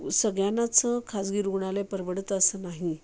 सगळ्यांनाच खाजगी रुग्णालय परवडतं असं नाही